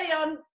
on